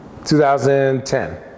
2010